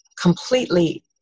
completely